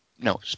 No